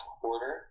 quarter